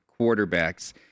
quarterbacks